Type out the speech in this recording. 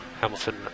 Hamilton